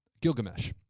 Gilgamesh